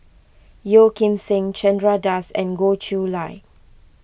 Yeo Kim Seng Chandra Das and Goh Chiew Lye